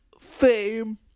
fame